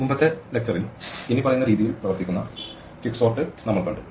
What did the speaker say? മുമ്പത്തെ പ്രഭാഷണത്തിൽ ഇനിപ്പറയുന്ന രീതിയിൽ പ്രവർത്തിക്കുന്ന ക്വിക്സോർട്ട് നമ്മൾ കണ്ടു